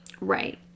Right